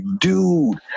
dude